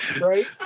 Right